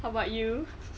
how about you